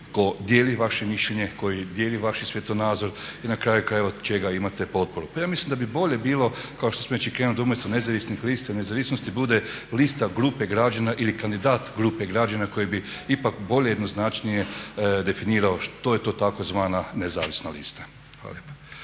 tko dijeli vaše mišljenje, koji dijeli vaš svjetonazor i na kraju krajeva od čega imate potporu. Pa ja mislim da bi bolje bilo kao što smo …/Govornik se ne razumije./… da umjesto nezavisnih lista i nezavisnosti bude lista grupe građana ili kandidat grupe građana koji bi ipak bolje i jednoznačnije definirao što je to tzv. nezavisna lista.